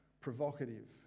provocative